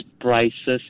prices